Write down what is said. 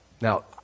Now